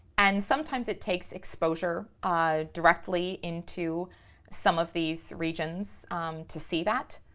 and sometimes it takes exposure ah directly into some of these regions to see that.